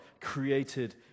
created